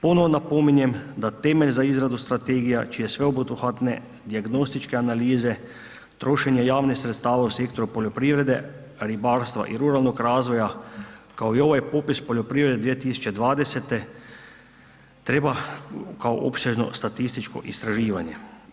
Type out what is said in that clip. Ponovno napominjem da temelj za izradu strategija čije sveobuhvatne dijagnostičke analize, trošenje javnih sredstava u sektoru poljoprivrede, ribarstva i ruralnog razvoja, kao i ovaj popis poljoprivrede 2020. treba kao opširno statističko istraživanje.